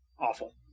awful